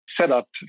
setup